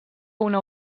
una